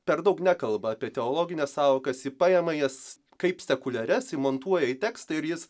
per daug nekalba apie teologines sąvokas ji paima jas kaip sekuliarias įmontuoja į tekstą ir jis